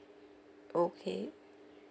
okay